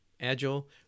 agile